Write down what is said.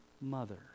mother